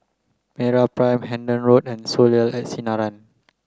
MeraPrime Hendon Road and Soleil at Sinaran